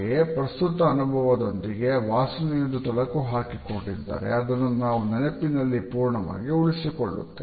ಹಾಗೆಯೇ ಪ್ರಸ್ತುತ ಅನುಭವದೊಂದಿಗೆ ವಾಸನೆಯೊಂದು ತಳುಕು ಹಾಕಿಕೊಂಡಿದ್ದರೆ ಅದನ್ನು ನಾವು ನೆನಪಿನಲ್ಲಿ ಪೂರ್ಣವಾಗಿ ಉಳಿಸಿಕೊಳ್ಳುತ್ತೇವೆ